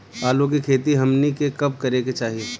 आलू की खेती हमनी के कब करें के चाही?